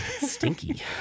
Stinky